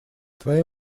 твоей